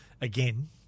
again